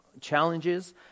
challenges